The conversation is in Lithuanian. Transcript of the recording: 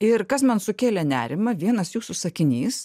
ir kas man sukėlė nerimą vienas jūsų sakinys